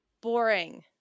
boring